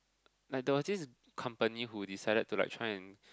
like that was this company who decided to like try